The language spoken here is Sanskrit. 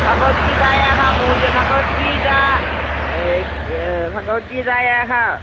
भगवद्गीतायाः मूल्यं भगवद्गीता भगवद्गीतायाः